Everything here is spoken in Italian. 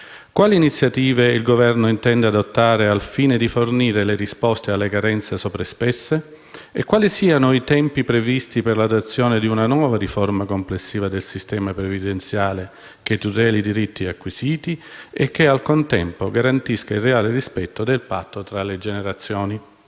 Quali iniziative il Governo intende adottare al fine di fornire le risposte alle carenze sopra espresse e quali sono i tempi previsti per l'adozione di una nuova riforma complessiva del sistema previdenziale che tuteli i diritti acquisiti e che, al contempo, garantisca il reale rispetto del patto tra le generazioni?